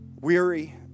weary